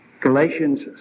Galatians